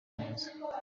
neza